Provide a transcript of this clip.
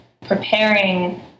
preparing